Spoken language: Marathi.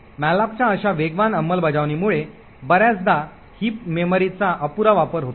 मॅलोकच्या अशा वेगवान अंमलबजावणीमुळे बर्याचदा हिप मेमरीचा अपुरा वापर होतो